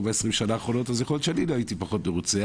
ב-20 השנים האחרונות אז יכול להיות שאני הייתי פחות מרוצה.